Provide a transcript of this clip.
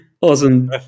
Awesome